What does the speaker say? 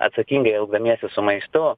atsakingai elgdamiesi su maistu